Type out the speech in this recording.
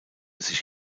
sich